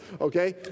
Okay